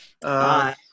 Bye